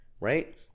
right